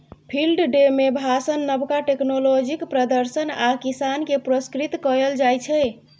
field day मे भाषण, नबका टेक्नोलॉजीक प्रदर्शन आ किसान केँ पुरस्कृत कएल जाइत छै